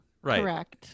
Correct